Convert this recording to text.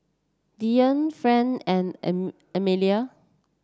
Daryle Franz and an Amalie